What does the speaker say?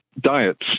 diets